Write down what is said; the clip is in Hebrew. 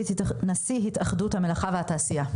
נשיא התאחדות המלאכה והתעשייה,